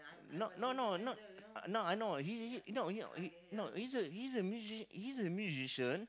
not no no not ah no I know he he he no he's a he's a musi~ he's a musician